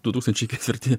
du tūkstančiai ketvirti